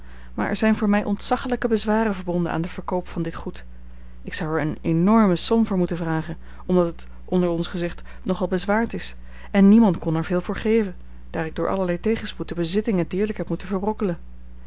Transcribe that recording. maar er zijn voor mij ontzaggelijke bezwaren verbonden aan den verkoop van dit goed ik zou er eene enorme som voor moeten vragen omdat het onder ons gezegd nogal bezwaard is en niemand kon er veel voor geven daar ik door allerlei tegenspoed de bezittingen deerlijk heb moeten verbrokkelen